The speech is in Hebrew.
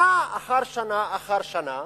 ששנה אחר שנה אחר שנה